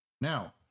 now